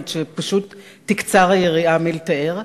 עד שפשוט תקצר היריעה מלתאר.